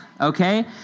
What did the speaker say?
okay